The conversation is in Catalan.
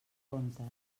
comptes